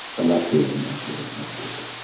i love hearing those words, not guilty.